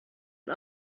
and